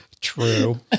True